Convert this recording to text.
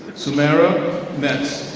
sumara mets.